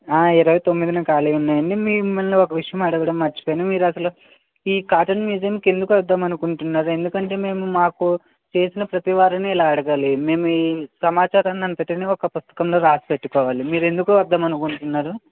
ఇరవై తొమ్మిదిన ఖాళీ ఉన్నాయండి మిమ్మల్ని ఒక విషయం అడగడం మర్చిపోయాను మీరు అసలు ఈ కాటన్ మ్యూజియం ఎందుకు వద్దామనుకుంటున్నారు ఎందుకంటే మేము మాకు చేసిన ప్రతి వారిని ఇలా అడగాలి మీ సమాచారాన్ని అంతటిని ఒక పుస్తకంలో రాసి పెట్టుకోవాలి మీరు ఎందుకు వద్దాం అనుకుంటున్నారు